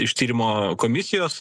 iš tyrimo komisijos